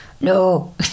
no